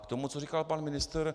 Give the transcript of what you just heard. A k tomu, co říkal pan ministr.